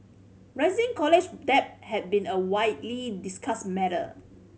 rising college debt has been a widely discussed matter